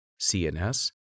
CNS